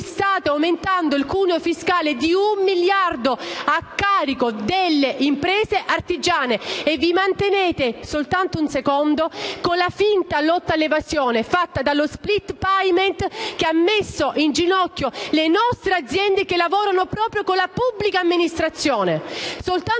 cui state aumentando il cuneo fiscale di un miliardo a carico delle imprese artigiane. E vi mantenete con la finta lotta all'evasione, fatta dallo *split payment* che ha messo in ginocchio le nostre aziende che lavorano con la pubblica amministrazione.